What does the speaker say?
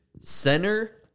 Center